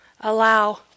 Allow